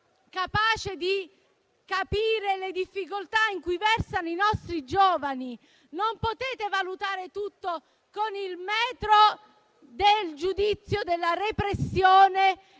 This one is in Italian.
capace di capire le difficoltà in cui versano. Non potete valutare tutto con il metro del giudizio della repressione